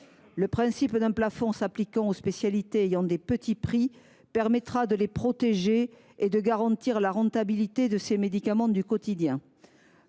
Le principe d’un plafond s’appliquant aux spécialités accessibles à petits prix permettra de les protéger et de garantir la rentabilité de ces médicaments du quotidien.